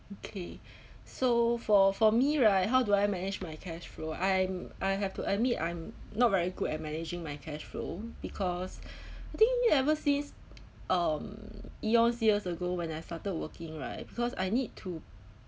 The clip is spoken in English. okay so for for me right how do I manage my cash flow I'm I have to admit I'm not very good at managing my cash flow because I think ever since um eons years ago when I started working right because I need to